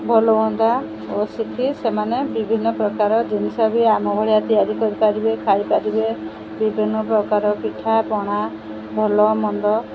ଭଲ ହୁଅନ୍ତା ଓ ଶିଖି ସେମାନେ ବିଭିନ୍ନ ପ୍ରକାର ଜିନିଷ ବି ଆମ ଭଳିଆ ତିଆରି କରିପାରିବେ ଖାଇପାରିବେ ବିଭିନ୍ନ ପ୍ରକାର ପିଠାପଣା ଭଲ ମନ୍ଦ